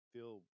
Feel